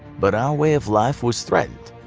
but our way of life was threatened.